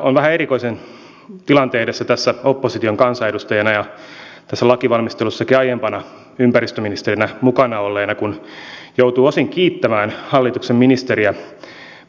olen vähän erikoisen tilanteen edessä tässä opposition kansanedustajana ja tässä lainvalmistelussakin aiempana ympäristöministerinä mukana olleena kun joudun osin kiittämään hallituksen ministeriä